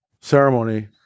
ceremony